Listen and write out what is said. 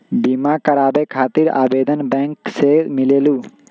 बिमा कराबे खातीर आवेदन बैंक से मिलेलु?